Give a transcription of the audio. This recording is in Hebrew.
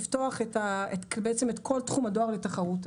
לפתוח את כל תחום הדואר לתחרות.